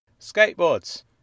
Skateboards